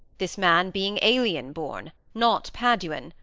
this man being alien born, not paduan,